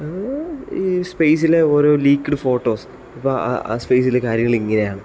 അത് ഈ സ്പേസിലെ ഒരു ലീക്ഡ് ഫോട്ടോസ് അപ്പോൾ ആ സ്പേസിൽ കാര്യങ്ങൾ ഇങ്ങനെയാണ്